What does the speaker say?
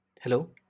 Hello